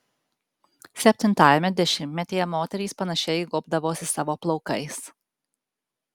septintajame dešimtmetyje moterys panašiai gobdavosi savo plaukais